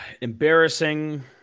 Embarrassing